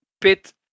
bit